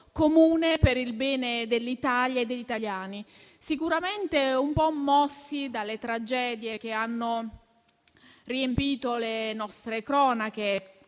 comune per il bene dell'Italia e degli italiani, sicuramente un po' mossa dalle tragedie che hanno riempito le nostre cronache.